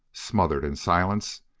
smothered in silence,